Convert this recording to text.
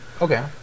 Okay